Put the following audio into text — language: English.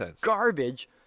garbage